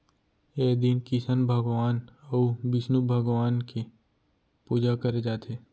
ए दिन किसन भगवान अउ बिस्नु भगवान के पूजा करे जाथे